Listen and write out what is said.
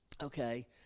Okay